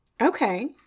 Okay